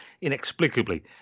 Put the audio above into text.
inexplicably